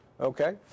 Okay